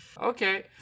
Okay